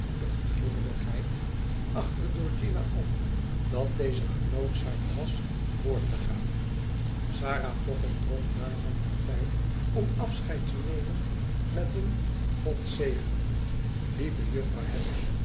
behendige glibberigheid achter georgina om dat deze genoodzaakt was voor te gaan sarah pocket trok daarvan partij om afscheid te hemen met een god zegen u lieve jufvrouw